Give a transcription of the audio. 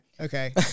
Okay